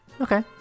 Okay